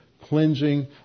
cleansing